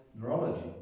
neurology